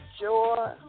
Joy